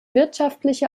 wirtschaftliche